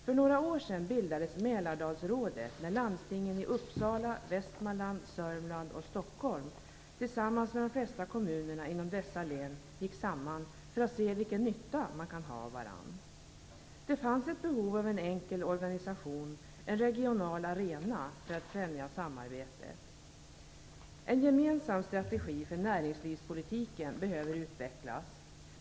För några år sedan bildades Mälardalsrådet, när landstingen i Uppsala, Västmanland, Sörmland och Stockholm tillsammans med de flesta kommunerna inom dessa län gick samman för att se vilken nytta man kan ha av varandra. Det fanns ett behov av en enkel organisation - en regional arena - för att främja samarbetet. En gemensam strategi för näringslivspolitiken behöver utvecklas.